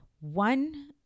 one